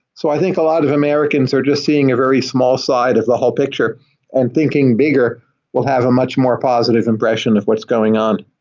so i think a lot of americans are just seeing a very small side of the whole picture and thinking bigger will have a much more positive impression of what's going on.